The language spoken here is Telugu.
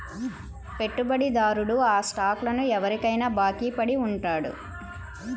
పెట్టుబడిదారుడు ఆ స్టాక్లను ఎవరికైనా బాకీ పడి ఉంటాడు